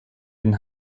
den